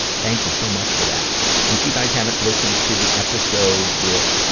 thank you so much for that. and if you guys haven't listened to the episode with, ah